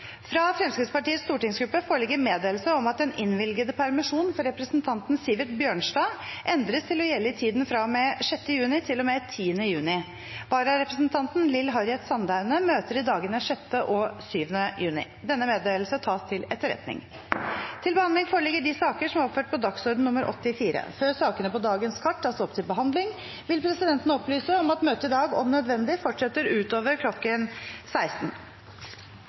Fra Fremskrittspartiets stortingsgruppe foreligger meddelelse om at den innvilgede permisjon for representanten Sivert Bjørnstad endres til å gjelde i tiden fra og med 6. juni til og med 10. juni. Vararepresentanten, Lill Harriet Sandaune , møter i dagene 6. og 7. juni. – Denne meddelelse tas til etterretning. Før sakene på dagens kart tas opp til behandling, vil presidenten opplyse om at møtet i dag, om nødvendig, fortsetter utover kl. 16.